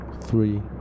three